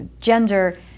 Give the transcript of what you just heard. Gender